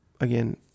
again